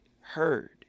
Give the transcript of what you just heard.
heard